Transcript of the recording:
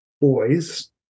boys